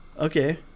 Okay